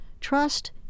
trust